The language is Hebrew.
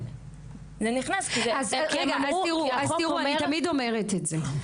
אני תמיד אומרת את זה.